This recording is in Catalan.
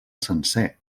sencer